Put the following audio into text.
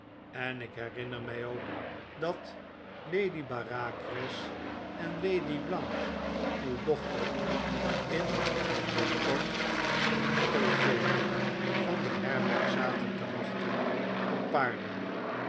en ik herinner mij ook dat lady bareacres en lady blanche uw dochter in de porte cochere van de herberg zaten te wachten op paarden